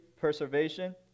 preservation